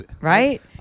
Right